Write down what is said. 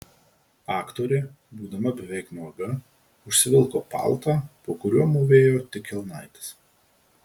aktorė būdama beveik nuoga užsivilko paltą po kuriuo mūvėjo tik kelnaites